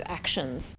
actions